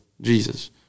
Jesus